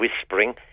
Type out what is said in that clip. whispering